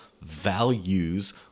values